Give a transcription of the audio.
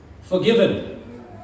Forgiven